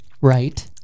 right